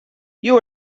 you